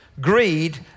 greed